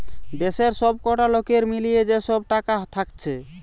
দেশের সবকটা লোকের মিলিয়ে যে সব টাকা থাকছে